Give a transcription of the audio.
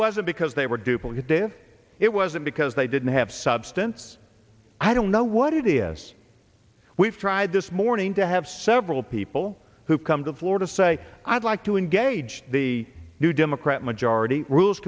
wasn't because they were duplicative it wasn't because they didn't have substance i don't know what it is we've tried this morning to have several people who come to florida say i'd like to engage the new democrat majority rules